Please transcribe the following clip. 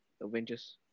Avengers